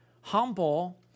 humble